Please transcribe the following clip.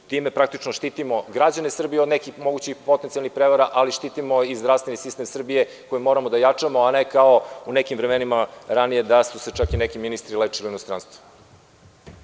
Time praktično štitimo građane Srbije od nekih mogućih potencijalnih prevara, ali štitimo i zdravstveni sistem Srbije koji moramo da jačamo, a ne kao u nekim vremenima ranije da su se čak i neki ministri lečili u inostranstvu.